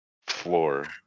floor